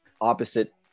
opposite